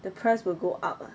the price will go up lah